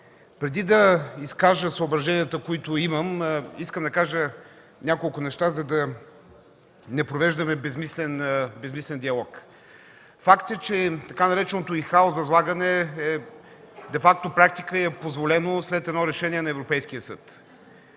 Преди да изкажа съображенията, които имам, искам да кажа няколко неща, за да не провеждаме безсмислен диалог. Факт е, че така нареченото „ин хаус възлагане” е де факто практика и е позволено след едно решение на Европейския съд.